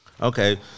Okay